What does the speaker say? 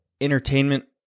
entertainment